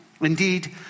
Indeed